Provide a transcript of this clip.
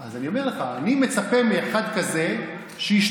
אז אני אומר לך, אני מצפה מאחד כזה שישתוק.